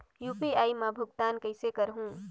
UPI मा भुगतान कइसे करहूं?